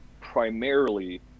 primarily